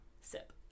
sip